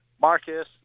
Marcus